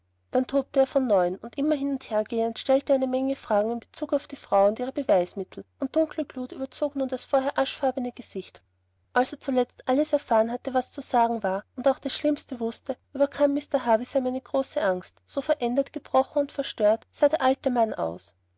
dann tobte er von neuem und immer hin und her gehend stellte er eine menge fragen in bezug auf die frau und ihre beweismittel und dunkle glut überzog nun das vorher aschfarbene gesicht als er zuletzt alles erfahren hatte was zu sagen war und auch das schlimmste wußte überkam mr havisham eine große angst so verändert gebrochen und verstört sah der alte mann aus